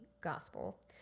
gospel